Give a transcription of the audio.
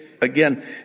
again